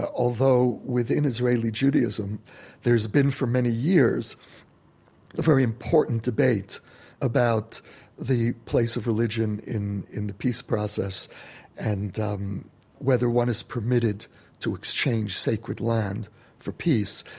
ah although within israeli judaism there's been for many years a very important debate about the place of religion in in the peace process and whether one is permitted to exchange sacred land for peace.